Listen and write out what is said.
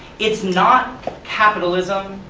it's not capitalism,